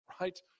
right